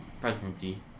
presidency